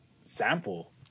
sample